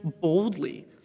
boldly